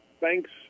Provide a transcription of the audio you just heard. thanks